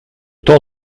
temps